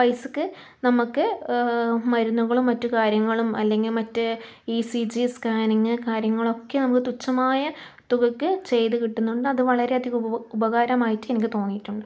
പൈസക്ക് നമുക്ക് മരുന്നുകളും മറ്റ് കാര്യങ്ങളും അല്ലെങ്കില് മറ്റ് ഇ സി ജി സ്കാനിംഗ് കാര്യങ്ങളൊക്കെ നമുക്ക് തുച്ഛമായ തുകയ്ക്ക് ചെയ്തു കിട്ടുന്നുണ്ട് അത് വളരെയധികം ഉപകാരമായിട്ട് എനിക്ക് തോന്നിയിട്ടുണ്ട്